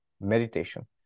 meditation